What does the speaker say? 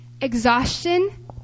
exhaustion